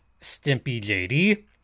StimpyJD